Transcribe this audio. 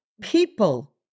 people